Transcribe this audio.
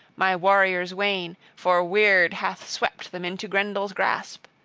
my warriors wane for wyrd hath swept them into grendel's grasp.